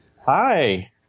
Hi